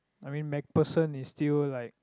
I mean MacPherson is still like